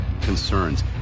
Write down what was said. concerns